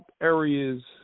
areas